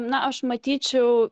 na aš matyčiau